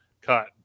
cut